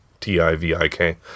T-I-V-I-K